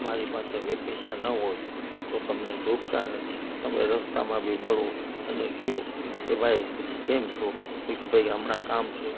તમારી પાસે બે પૈસા ન હોય તો તમને ધૂત્કારે તમે રસ્તામાં બી મળો અને કહો કે ભાઈ કેમ છો તોકે ભાઈ હમણાં કામ છે